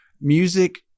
music